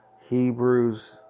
Hebrews